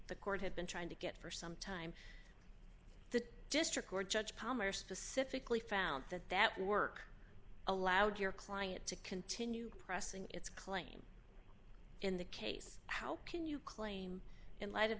the court had been trying to get for some time the district court judge palmer specifically found that that work allowed your client to continue pressing its claim in the case how can you claim in light of